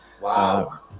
Wow